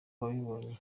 yabibonye